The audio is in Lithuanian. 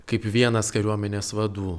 kaip vienas kariuomenės vadų